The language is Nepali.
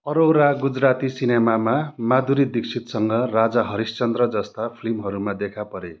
अरोरा गुजराती सिनेमामा माधुरी दीक्षितसँग राजा हरिसचन्द्र जस्ता फिल्महरूमा देखा परे